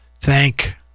thank